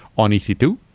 on e c two,